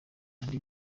andi